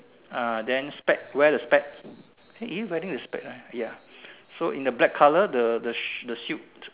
uh then spec wear the spec is she wearing a spec ah right ya so in the black color the the the suit